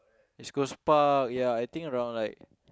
East Coast Park ya I think around like